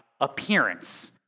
appearance